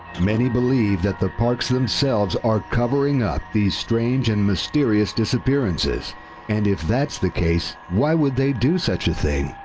many believe the parks themselves are covering up these strange and mysterious disappearances and if that's the case, why would they do such a thing